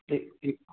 ਠੀਕ ਠੀਕ